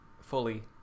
fully –